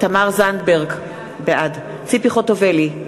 תמר זנדברג, בעד ציפי חוטובלי,